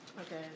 Okay